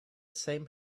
same